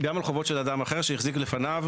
גם על חובות של אדם אחר שהחזיק לפניו,